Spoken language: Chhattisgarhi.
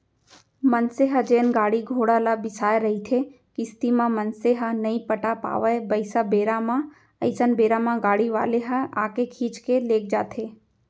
मनसे ह जेन गाड़ी घोड़ा ल बिसाय रहिथे किस्ती म मनसे ह नइ पटा पावय पइसा बेरा म अइसन बेरा म गाड़ी वाले ह आके खींच के लेग जाथे